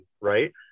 right